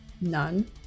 none